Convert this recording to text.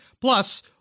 Plus